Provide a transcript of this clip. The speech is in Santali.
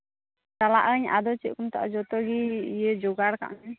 ᱪᱟᱞᱟᱜ ᱟᱹᱧ ᱟᱫᱚ ᱪᱮᱫ ᱠᱚ ᱢᱮᱛᱟᱜᱼᱟ ᱡᱚᱛᱚ ᱜᱤ ᱤᱭᱟᱹ ᱡᱚᱜᱟᱲ ᱠᱟᱜ ᱢᱮ